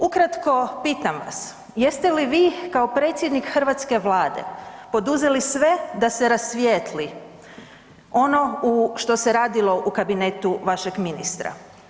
Ukratko pitam vas jeste li kao predsjednik hrvatske Vlade poduzeli sve da se rasvijetli ono što se radilo u kabinetu vašeg ministra?